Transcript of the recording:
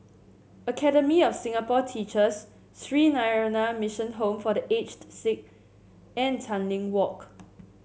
Academy of Singapore Teachers Sree Narayana Mission Home for The Aged Sick and Tanglin Walk